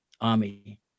army